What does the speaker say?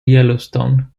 yellowstone